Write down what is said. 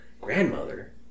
grandmother